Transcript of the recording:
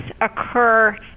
occur